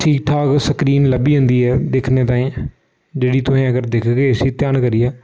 ठीक ठाक स्क्रीन लब्भी जंदी ऐ दिक्खने ताईं जेह्ड़ी तुहें अगर दिक्खगे इसी ध्यान करियै